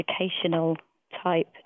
educational-type